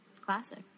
Classic